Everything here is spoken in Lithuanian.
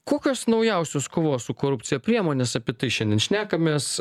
kokios naujausios kovos su korupcija priemonės apie tai šiandien šnekamės